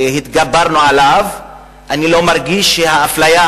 אני לא מרגיש שהאפליה